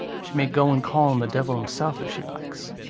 she may go and call on the devil himself if she likes.